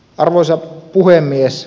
arvoisa puhemies